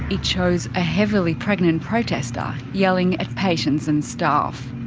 it shows a heavily pregnant protester yelling at patients and staff.